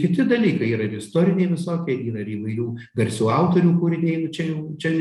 kiti dalykai yra ir istoriniai visokie yra ir įvairių garsių autorių kūriniai nu čia jau čia